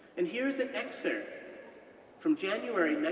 and here's an excerpt from january,